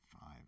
five